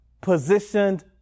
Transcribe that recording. positioned